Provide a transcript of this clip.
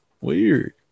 Weird